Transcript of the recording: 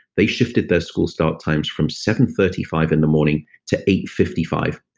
they shifted their school start times from seven thirty five in the morning to eight fifty five.